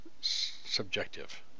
subjective